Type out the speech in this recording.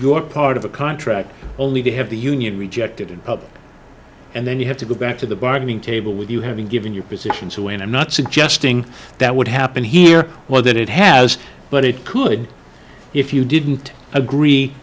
your part of a contract only to have the union rejected in public and then you have to go back to the bargaining table with you having given your positions away and i'm not suggesting that would happen here or that it has but it could if you didn't agree